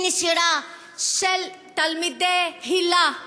היא נשירה של תלמידי היל"ה,